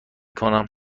کنم